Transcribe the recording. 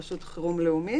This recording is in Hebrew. רשות חירום לאומית,